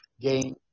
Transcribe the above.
gain